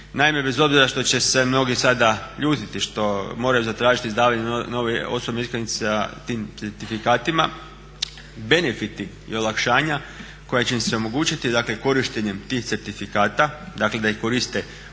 Naime, bez obzira što će se mnogi sada ljutiti što moraju zatražiti izdavanje nove osobne iskaznice sa tim certifikatima, benefiti i olakšanja koja će im se omogućiti dakle korištenjem tih certifikata, dakle da ih koriste